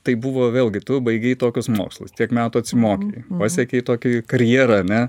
tai buvo vėlgi tu baigei tokius mokslus tiek metų atsimokei pasiekei tokį karjerą ane